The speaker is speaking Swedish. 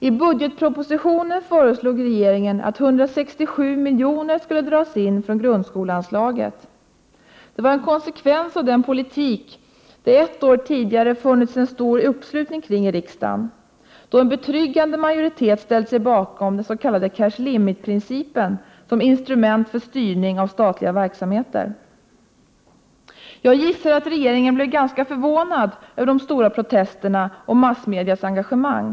I budgetpropositionen föreslog regeringen att 167 miljoner skulle dras in från grundskoleanslaget. Det var en konsekvens av den politik det ett år tidigare funnits en stor uppslutning kring i riksdagen, då en betryggande majoritet ställt sig bakom den s.k. cash limit-principen som instrument för styrning av statliga verksamheter. Jag gissar att regeringen blev ganska förvånad över de stora protesterna och massmedias engagemang.